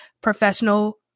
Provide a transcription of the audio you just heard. professional